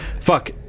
fuck